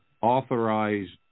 authorized